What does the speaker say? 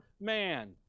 man